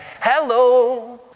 Hello